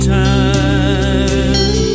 time